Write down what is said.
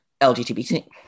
LGBT